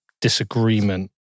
disagreement